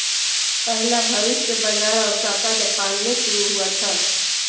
पहला भविष्य बाज़ार ओसाका जापान में शुरू हुआ था